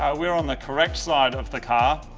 ah we're on the correct side of the car,